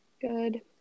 Good